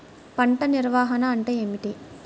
పంట నిర్వాహణ అంటే ఏమిటి?